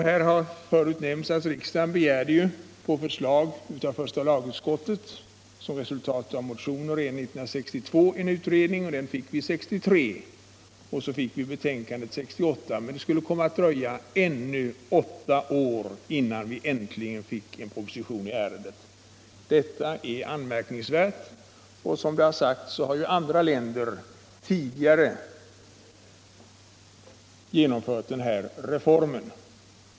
Här har förut nämnts att riksdagen på förslag av första lagutskottet och som resultat av motioner redan år 1962 begärde en utredning. som vi fick 1963, och sedan kom betänkandet 1968. Mcn det skulle komma att dröja ännu åtta år innan vi äntligen fick en proposition i ärendet. Detta är anmärkningsvärt. Andra länder har tidigare genomfört den här reformen.